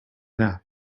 nap